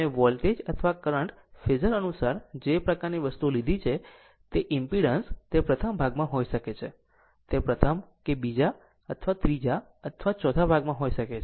તમે વોલ્ટેજ અથવા current phasor અનુસાર જે પ્રકારની વસ્તુ લીધી છે તે ઈમ્પીડન્સ તે પ્રથમ ભાગમાં હોઈ શકે છે તે પ્રથમ કે બીજા અથવા ત્રીજા અથવા ચોથા ભાગમાં હોઈ શકે છે